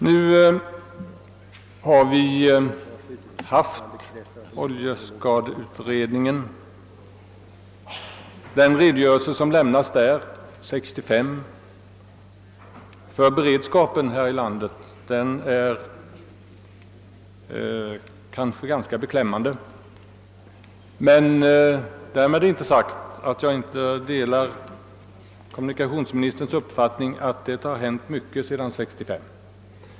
Den redogörelse som oljeskadeutredningen 1965 lämnade rörande beredskapen på detta område här i landet är ganska beklämmande. Därmed har jag emellertid inte sagt att jag inte delar kommunikationsministerns uppfattning att det har hänt mycket sedan 1965.